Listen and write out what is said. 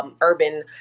urban